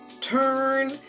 turn